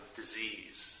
disease